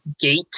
gate